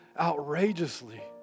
outrageously